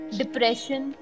depression